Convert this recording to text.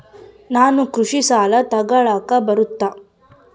ನಾನು ಕೃಷಿ ಸಾಲ ತಗಳಕ ಬರುತ್ತಾ?